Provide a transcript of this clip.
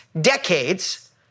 decades